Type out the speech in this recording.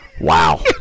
Wow